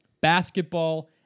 basketball